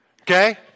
Okay